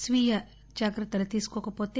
స్వీయ జాగ్రత్తలు తీసుకోకపోతే